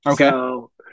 Okay